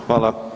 Hvala.